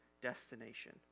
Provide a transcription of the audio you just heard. destination